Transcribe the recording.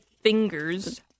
fingers